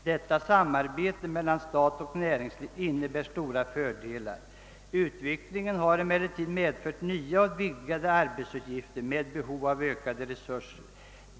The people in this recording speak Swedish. Detta samarbete mellan stat och näringsliv innebär stora fördelar. Utvecklingen har emellertid medfört nya och vidgade arbetsuppgifter med behov av ökade resurser.